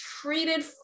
treated